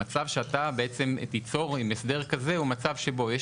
המצב שאתה בעצם תיצור עם הסדר כזה הוא מצב שבו יש